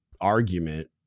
argument